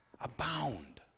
abound